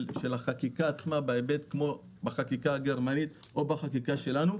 החקיקה עצמה כמו בחקיקה הגרמנית או בחקיקה שלנו.